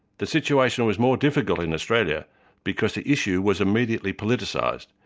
the situation was more difficult in australia because the issue was immediately politicised,